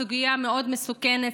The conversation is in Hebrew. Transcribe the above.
סוגיה מאוד מסוכנת,